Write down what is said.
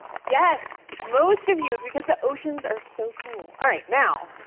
yes. most of you, because the oceans are so cool. alright, now